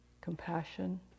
compassion